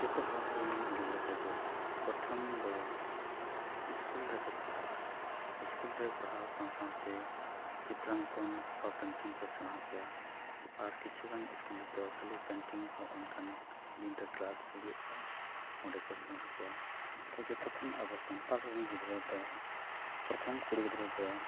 ᱡᱚᱛᱚ ᱦᱚᱲᱨᱮᱱ ᱜᱤᱫᱽᱨᱟᱹ ᱠᱚᱜᱮ ᱯᱚᱨᱛᱷᱚᱢ ᱫᱚ ᱨᱮᱠᱚ ᱯᱟᱲᱦᱟᱜᱼᱟ ᱨᱮ ᱯᱲᱦᱟᱣ ᱥᱟᱶᱼᱥᱟᱶᱛᱮ ᱪᱤᱛᱨᱟᱝᱠᱚᱱ ᱟᱸᱠᱟᱣ ᱠᱚ ᱥᱮᱬᱟ ᱟᱠᱚᱣᱟ ᱟᱨ ᱠᱤᱪᱷᱩᱜᱟᱱ ᱨᱮᱫᱚ ᱠᱷᱟᱹᱞᱤ ᱦᱚᱸ ᱚᱱᱠᱟᱱ ᱫᱤᱱᱨᱮ ᱦᱩᱭᱩᱜᱼᱟ ᱚᱸᱰᱮᱠᱚ ᱥᱮᱬᱟ ᱟᱠᱚᱣᱟ ᱛᱚ ᱡᱚᱛᱚ ᱠᱷᱚᱱ ᱟᱵᱚ ᱥᱟᱱᱛᱟᱲᱨᱮᱱ ᱜᱤᱫᱽᱨᱟᱹ ᱫᱚ ᱯᱨᱚᱛᱷᱚᱢ ᱠᱩᱲᱤ ᱜᱤᱫᱽᱨᱟᱹ ᱫᱚ